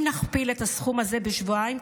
אם נכפיל את הסכום הזה בשבועיים,